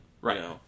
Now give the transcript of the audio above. Right